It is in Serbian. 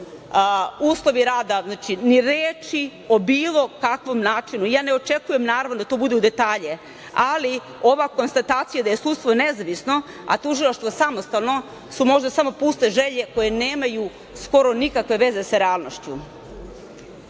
uslovi rada, ni reči o bilo kakvom načinu. Ja ne očekujem, naravno, da to bude u detalje, ali ova konstatacija da je sudstvo nezavisno, a tužilaštvo samostalno su možda samo puste želje, koje nemaju skoro nikakve veze sa realnošću. Ljudska